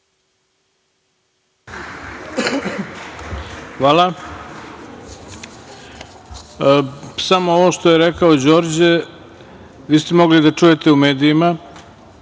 Hvala. Samo ovo što je rekao Đorđe, vi ste mogli da čujete u medijima,